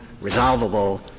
resolvable